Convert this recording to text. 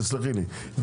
תסלחי לי.